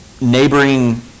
neighboring